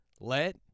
Let